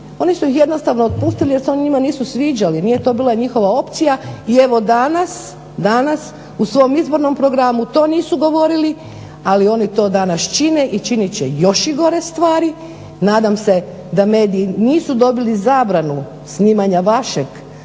Oni su ih jednostavno otpustili jer se oni njima nisu sviđali, nije to bila njihova opcija i evo danas u svom izbornom programu to nisu govorili, ali oni to danas čine i činit će još i gore stvari. Nadam se da mediji nisu dobili zabranu snimanja vašeg